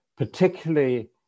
particularly